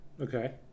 Okay